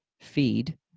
feed